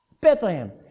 Bethlehem